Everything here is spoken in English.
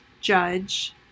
judge